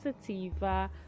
sativa